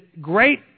great